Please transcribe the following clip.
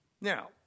Now